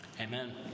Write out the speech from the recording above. Amen